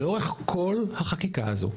לאורך כל החקיקה הזאת,